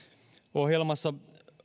ohjelmassa